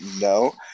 no